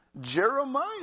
jeremiah